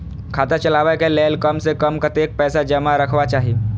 खाता चलावै कै लैल कम से कम कतेक पैसा जमा रखवा चाहि